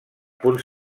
punts